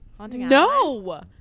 No